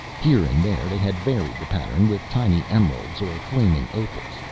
here and there they had varied the pattern with tiny emeralds or flaming opals,